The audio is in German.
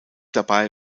dabei